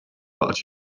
what